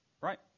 right